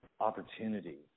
opportunity